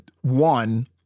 one